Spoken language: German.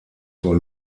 vor